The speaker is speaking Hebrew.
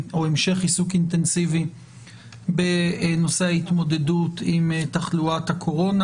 או המשך עיסוק אינטנסיבי בנושא ההתמודדות עם תחלואת הקורונה.